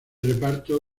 reparto